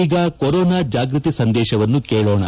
ಈಗ ಕೊರೋನಾ ಜಾಗೃತಿ ಸಂದೇಶವನ್ನು ಕೇಳೋಣ